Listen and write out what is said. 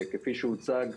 כפי שהוצג,